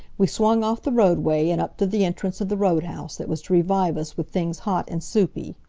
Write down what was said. we swung off the roadway and up to the entrance of the road-house that was to revive us with things hot and soupy.